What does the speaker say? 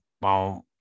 boom